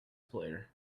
player